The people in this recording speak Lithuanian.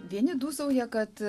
vieni dūsauja kad